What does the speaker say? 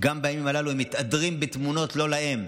גם בימים הללו הם מתהדרים בתמונות לא להם.